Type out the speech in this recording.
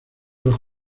los